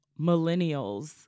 millennials